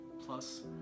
plus